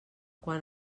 quan